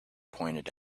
pointed